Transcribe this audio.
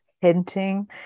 hinting